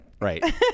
Right